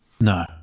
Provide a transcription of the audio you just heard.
No